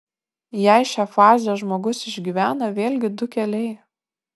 jei šią fazę žmogus išgyvena vėlgi du keliai